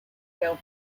tale